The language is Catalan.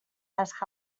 les